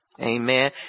Amen